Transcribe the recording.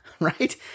right